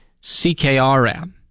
CKRM